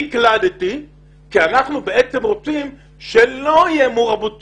הוא אומר שהוא הקליד כי אנחנו בעצם רוצים שלא תהיה מעורבות ציבורית.